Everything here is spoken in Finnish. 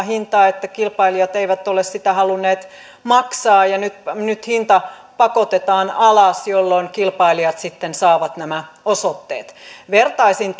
hinta että kilpailijat eivät ole sitä halunneet maksaa ja nyt nyt hinta pakotetaan alas jolloin kilpailijat sitten saavat nämä osoitteet vertaisin